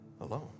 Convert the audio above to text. alone